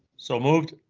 so moved.